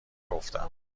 نگفتم